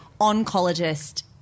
Oncologist